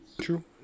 true